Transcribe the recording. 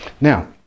Now